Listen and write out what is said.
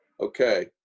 okay